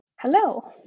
Hello